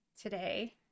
today